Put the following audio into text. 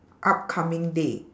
upcoming day